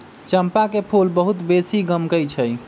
चंपा के फूल बहुत बेशी गमकै छइ